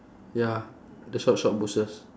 ya the short short bushes